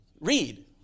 read